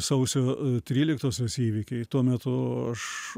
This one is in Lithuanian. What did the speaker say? sausio tryliktosios įvykiai tuo metu aš